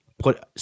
put